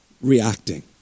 reacting